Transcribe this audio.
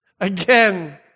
again